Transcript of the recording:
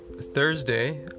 Thursday